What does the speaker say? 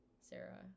sarah